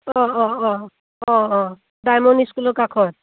অঁ অঁ অঁ অঁ অঁ ডায়মণ্ড স্কুলৰ কাষত